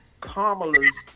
Kamala's